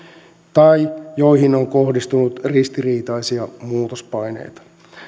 tai joihin on kohdistunut ristiriitaisia muutospaineita